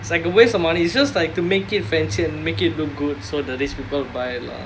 it's like a waste of money it's just like to make it fancy and make it look good so the rich people buy lah